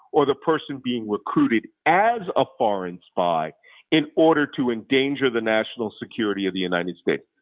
or the person being recruited as a foreign spy in order to endanger the national security of the united states.